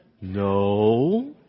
No